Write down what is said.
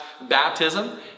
baptism